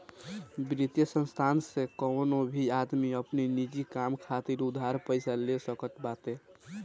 वित्तीय संस्थान से कवनो भी आदमी अपनी निजी काम खातिर उधार पईसा ले सकत बाटे